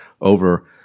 over